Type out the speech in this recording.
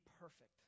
perfect